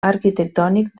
arquitectònic